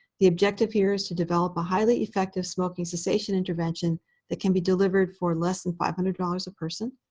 the objective here is to develop a highly effective smoking cessation intervention that can be delivered for less than five hundred dollars a person.